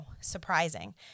surprising